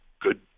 good